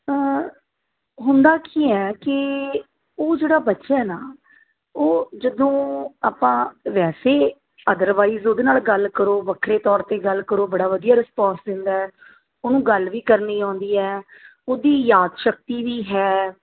ਹੁੰਦਾ ਕੀ ਹੈ ਕਿ ਉਹ ਜਿਹੜਾ ਬੱਚਾ ਨਾ ਉਹ ਜਦੋਂ ਆਪਾਂ ਵੈਸੇ ਅਦਰਵਾਈਜ਼ ਉਹਦੇ ਨਾਲ ਗੱਲ ਕਰੋ ਵੱਖਰੇ ਤੌਰ 'ਤੇ ਗੱਲ ਕਰੋ ਬੜਾ ਵਧੀਆ ਰਿਸਪੋਂਸ ਦਿੰਦਾ ਹੈ ਉਹਨੂੰ ਗੱਲ ਵੀ ਕਰਨੀ ਆਉਂਦੀ ਹੈ ਉਹਦੀ ਯਾਦ ਸ਼ਕਤੀ ਵੀ ਹੈ